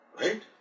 Right